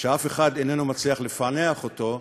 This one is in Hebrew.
שאף אחד איננו מצליח לפענח אותו.